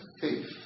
faith